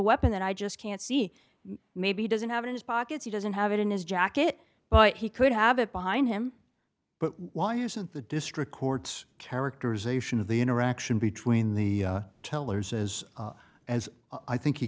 weapon that i just can't see maybe doesn't have in his pocket he doesn't have it in his jacket but he could have it behind him but why hasn't the district court's characterization of the interaction between the tellers is as i think